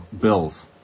bills